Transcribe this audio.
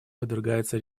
подвергается